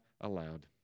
aloud